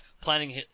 planning